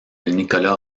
nicolas